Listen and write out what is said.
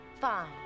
Fine